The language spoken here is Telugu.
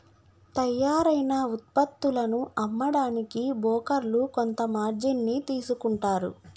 తయ్యారైన వుత్పత్తులను అమ్మడానికి బోకర్లు కొంత మార్జిన్ ని తీసుకుంటారు